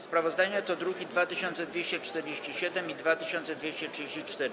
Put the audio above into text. Sprawozdania to druki nr 2247 i 2234.